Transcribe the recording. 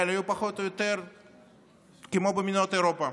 היו פחות או יותר כמו במדינות אירופה.